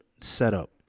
setup